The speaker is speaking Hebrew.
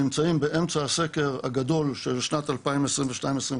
נמצאים באמצע הסקר הגדול של שנת 2022-2023,